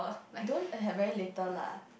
don't eh have very little lah